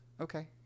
okay